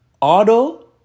auto